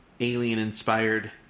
Alien-inspired